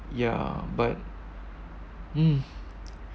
ya but mm